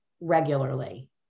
regularly